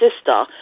sister